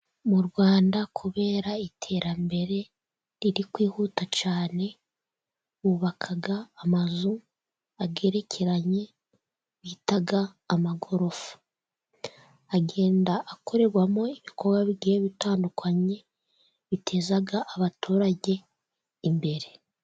Mu Rwanda kubera iterambere riri kwihuta cyane bubakagm amazu agerekeranye bita z'amagorofa, agenda akorerwamo ibikorwa bigiye bitandukanye biteza abaturage imbere.